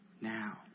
now